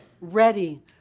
ready